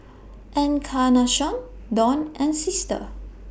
Encarnacion Don and Sister